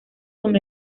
con